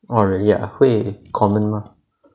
orh really ah 会 common 吗